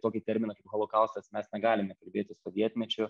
tokį terminą kaip holokaustas mes negalime kalbėti sovietmečiu